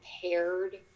prepared